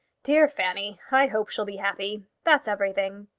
dear fanny i hope she'll be happy. that's everything.